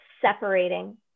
separating